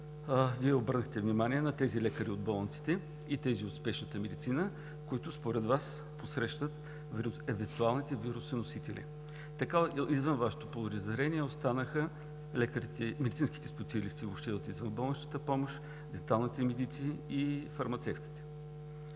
Вие обърнахте внимание на тези лекари от болниците и тези от спешната медицина, които според Вас посрещат евентуалните вирусоносители. Така извън Вашето полезрение останаха медицинските специалисти въобще от извънболничната помощ денталните медици и фармацевтите.